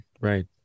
right